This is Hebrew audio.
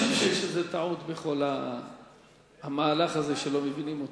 שזה טעות בכל המהלך הזה שלא מבינים אותו.